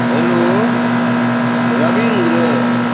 hello Ravindra